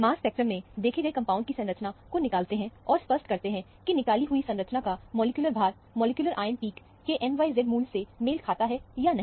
मास spectrum में देखे गए कंपाउंड की संरचना को निकालते हैं और स्पष्ट करते हैं कि निकाली हुई संरचना का मॉलिक्यूलर भार मॉलिक्यूलर आयन पीक के mz मूल्य से मेल खाता है या नहीं